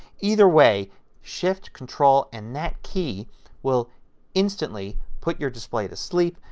either way shift control and that key will instantly put your display to sleep,